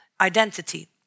identity